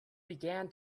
began